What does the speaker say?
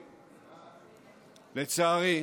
לצערי,